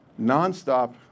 nonstop